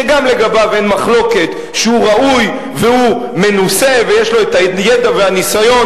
שגם לגביו אין מחלוקת שהוא ראוי והוא מנוסה ויש לו הידע והניסיון,